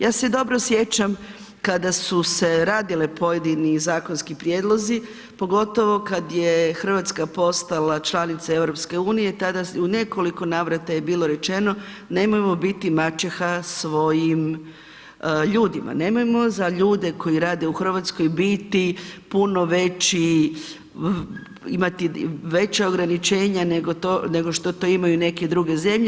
Ja se dobro sjećam kada su se radili pojedini zakonski prijedlozi pogotovo kad je Hrvatska postala članica EU tada u nekoliko navrata je bilo rečeno nemojmo biti maćeha svojim ljudima, nemojmo za ljude koji rade u Hrvatskoj biti puno veći, imati veća ograničenja nego što to imaju neke druge zemlje.